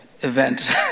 event